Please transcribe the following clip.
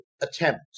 attempt